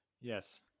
Yes